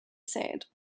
said